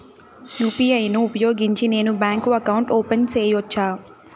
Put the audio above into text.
UPI ను ఉపయోగించి నేను బ్యాంకు అకౌంట్ ఓపెన్ సేయొచ్చా?